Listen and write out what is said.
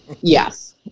yes